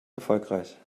erfolgreich